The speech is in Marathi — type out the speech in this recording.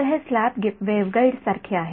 तर हे स्लॅब वेव्हगाईड सारखे आहे